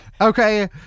Okay